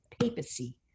papacy